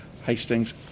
Hastings